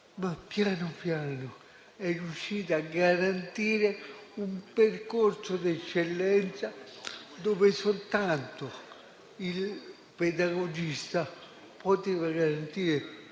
piano piano, ella è riuscita a garantire un percorso d'eccellenza che soltanto il pedagogista poteva garantire: